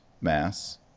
mass